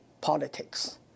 politics